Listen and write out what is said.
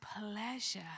pleasure